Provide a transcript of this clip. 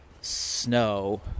snow